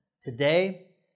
Today